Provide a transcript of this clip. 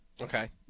okay